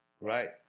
right